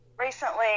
recently